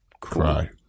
cry